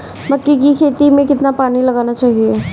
मक्के की खेती में कितना पानी लगाना चाहिए?